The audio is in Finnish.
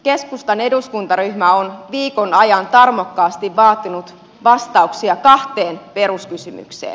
keskustan eduskuntaryhmä on viikon ajan tarmokkaasti vaatinut vastauksia kahteen peruskysymykseen